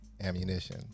ammunition